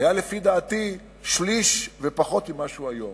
היה לפי דעתי שליש ופחות ממה שהוא היום,